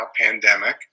pandemic